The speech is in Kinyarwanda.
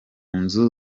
nzu